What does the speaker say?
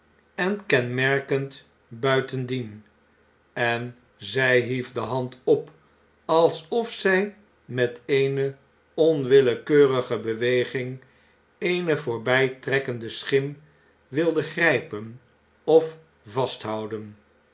en kenmerkend buitendien en zy hief de hand op alsof zy met eene onwillekeurige beweging eene voor by trekkende schim wilde grypen of vasthouden